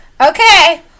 Okay